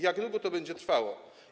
Jak długo to będzie trwało?